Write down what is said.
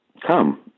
come